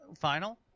final